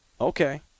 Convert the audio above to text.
Okay